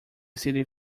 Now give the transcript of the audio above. city